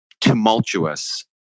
tumultuous